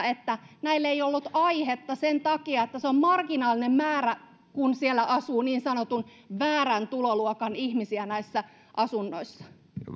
että näille ei ollut aihetta sen takia että se on marginaalinen määrä mitä siellä asuu niin sanotun väärän tuloluokan ihmisiä näissä asunnoissa